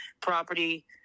property